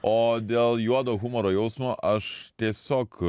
o dėl juodo humoro jausmo aš tiesiog